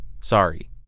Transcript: Sorry